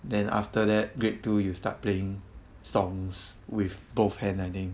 then after that grade two you start playing songs with both hand I think